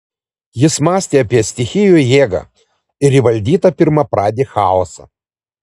jis mąstė apie stichijų jėgą ir įvaldytą pirmapradį chaosą